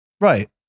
Right